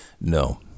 No